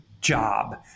job